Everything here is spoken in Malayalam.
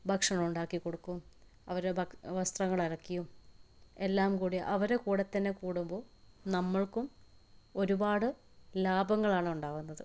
ഭക്ഷണം ഉണ്ടാക്കി കൊടുക്കും അവരുടെ വസ്ത്രങ്ങൾ അലക്കിയും എല്ലാം കൂടി അവരുടെ കൂടെ തന്നെ കൂടുമ്പോൾ നമ്മള്ക്കും ഒരുപാട് ലാഭങ്ങളാണ് ഉണ്ടാകുന്നത്